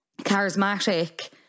charismatic